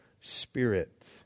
spirit